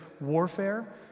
warfare